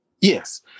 Yes